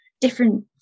different